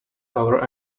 tower